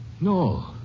No